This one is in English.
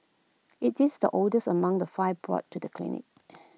IT is the oldest among the five brought to the clinic